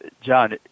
John